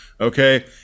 Okay